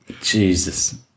Jesus